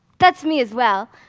that's me as well.